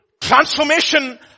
Transformation